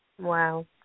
Wow